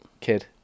Kid